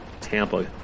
Tampa